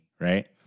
right